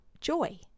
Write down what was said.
joy